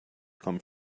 come